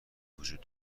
وجود